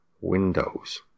windows